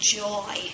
joy